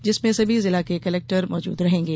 जिसमें सभी जिलों के ्कलेक्टर मौजूद रहेंगे